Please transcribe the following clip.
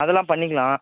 அதலாம் பண்ணிக்கலாம்